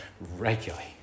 regularly